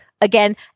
again